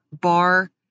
bar